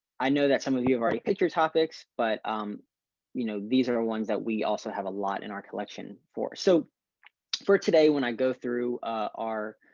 i know that some of you have already pictures topics but um you know these are ones that we also have a lot in our collection for so for today, when i go through our,